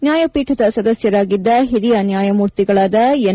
ನ್ಯಾಯಪೀಠದ ಸದಸ್ಯರಾಗಿದ್ದ ಹಿರಿಯ ನ್ಯಾಯಮೂರ್ತಿಗಳಾದ ಎನ್